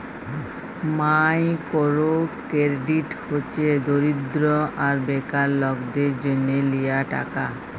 micro credit হছে দরিদ্য আর বেকার লকদের জ্যনহ লিয়া টাকা